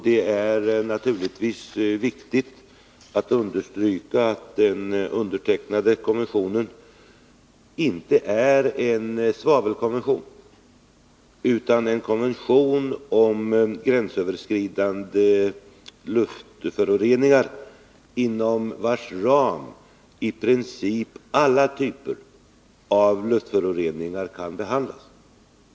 Det är naturligtvis viktigt att understryka att den undertecknade konventionen inte är en svavelkonvention utan en konvention om gränsöverskridande luftföroreningar inom vars ram i princip alla typer av luftföroreningar kan behandlas.